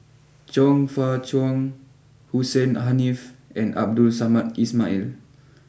Chong Fah Cheong Hussein Haniff and Abdul Samad Ismail